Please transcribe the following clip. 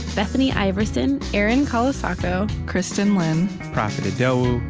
bethany iverson, erin colasacco, kristin lin, profit idowu,